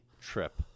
Trip